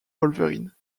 wolverine